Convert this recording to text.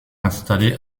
installées